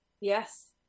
Yes